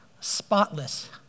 spotless